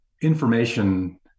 information